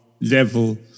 level